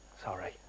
sorry